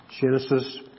Genesis